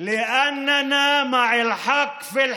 הכוונה אליך ואל, אנחנו בעד אחווה.